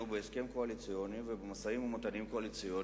בהסכם הקואליציוני ובמשאים-ומתנים קואליציוניים,